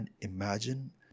imagine